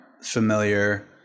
familiar